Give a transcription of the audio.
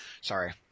Sorry